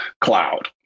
cloud